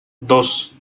dos